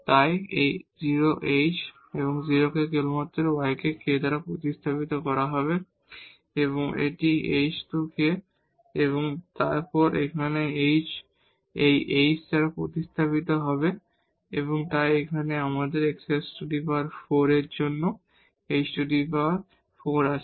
তাই এই f 0 h 0 k কেবলমাত্র এই y কে k দ্বারা প্রতিস্থাপিত করা হবে এবং এটি h2k এবং তারপর এখানে h এই h দ্বারা প্রতিস্থাপিত হবে তাই এখানে আমাদের x4 এর জন্য h4 আছে